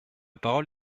parole